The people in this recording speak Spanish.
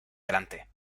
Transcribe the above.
delante